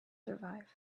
survive